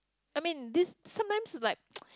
I mean this some times like